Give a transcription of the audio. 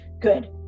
good